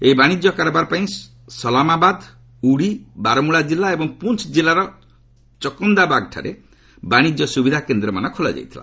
ଏହି ବାଣିଜ୍ୟ କାରବାର ପାଇଁ ସଲାମାବାଦ ଉଡ଼ି ବାରମୂଳା ଜିଲ୍ଲା ଏବଂ ପୁଞ୍ଚ ଜିଲ୍ଲାର ଚକନ୍ଦାବାଗ୍ଠାରେ ବାଣିଜ୍ୟ ସୁବିଧାକେନ୍ଦ୍ରମାନ ଖୋଲାଯାଇଥିଲା